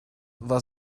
war